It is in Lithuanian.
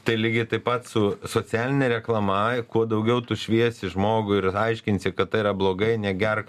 tai lygiai taip pat su socialine reklama kuo daugiau tu šviesi žmogų ir aiškinsi kad tai yra blogai negerk